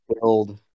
build